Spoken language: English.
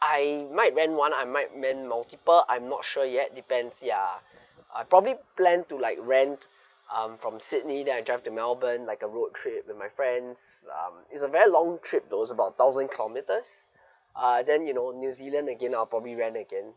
I might rent one I might rent multiple I'm not sure yet depends ya I probably plan to like rent um from sydney then I drive to melbourne like a road trip with my friends um is a very long trip those about thousand kilometers uh then you know new zealand again I'll probably rent again